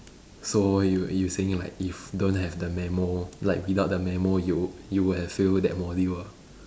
so you you saying like if don't have the memo like without the memo you you would have failed that module ah